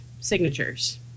signatures